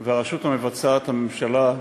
והרשות המבצעת, הממשלה,